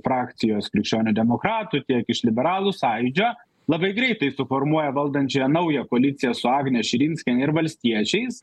frakcijos krikščionių demokratų tiek iš liberalų sąjūdžio labai greitai suformuoja valdančiąją naują koaliciją su agne širinskiene ir valstiečiais